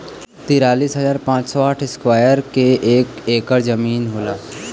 तिरालिस हजार पांच सौ और साठ इस्क्वायर के एक ऐकर जमीन होला